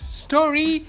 story